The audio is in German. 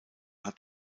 hat